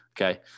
Okay